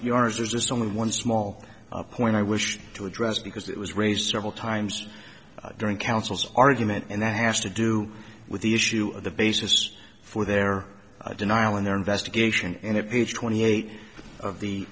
yours is only one small point i wish to address because it was raised several times during council's argument and that has to do with the issue of the basis for their denial in their investigation and it twenty eight of the